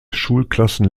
schulklassen